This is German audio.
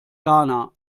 ghana